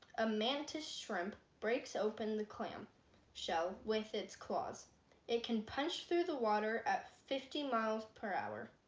a mantis shrimp breaks open the clam shell with its claws it can punch through the water at fifty miles per hour